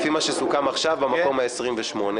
לפי מה שסוכם עכשיו, במקום ה-28.